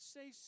Say